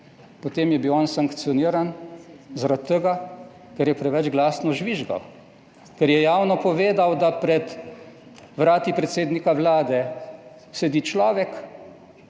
potem je bil on sankcioniran zaradi tega, ker je preveč glasno žvižgal, ker je javno povedal, da pred vrati predsednika Vlade sedi človek,